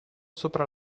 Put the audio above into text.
sopra